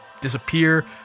disappear